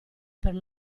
per